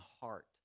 heart